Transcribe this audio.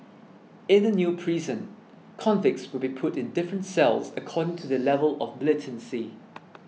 in the new prison convicts will be put in different cells according to their level of militancy